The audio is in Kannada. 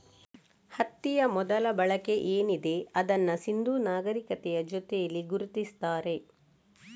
ಹತ್ತಿಯ ಮೊದಲ ಬಳಕೆ ಏನಿದೆ ಅದನ್ನ ಸಿಂಧೂ ನಾಗರೀಕತೆಯ ಜೊತೇಲಿ ಗುರುತಿಸ್ತಾರೆ